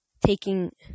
taking-